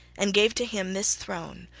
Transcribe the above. and gave to him this throne,